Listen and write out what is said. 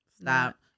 Stop